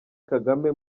kagame